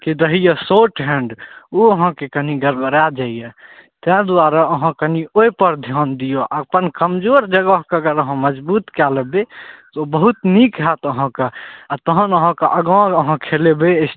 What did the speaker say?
के रहइए short hand ओ अहाँके कनि गड़बड़ा जाइए तै दुआरे अहाँ कनि ओइपर ध्यान दियौ अपन कमजोर जगहके अगर अहाँ मजबूत कए लेबय तऽ ओ बहुत नीक हैत अहाँके आओर तहन अहाँके आगा अहाँ खेलेबय